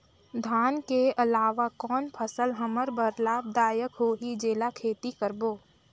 धान के अलावा कौन फसल हमर बर लाभदायक होही जेला खेती करबो?